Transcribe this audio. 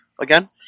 again